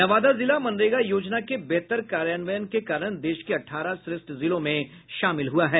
नवादा जिला मनरेगा योजना के बेहतर कार्यान्वयन के कारण देश के अठारह श्रेष्ठ जिलों में शामिल हुआ है